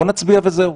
וזהו.